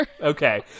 Okay